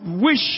wish